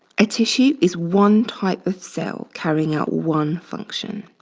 a tissue is one type of cell carrying out one function.